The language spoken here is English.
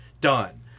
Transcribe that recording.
Done